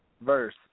verse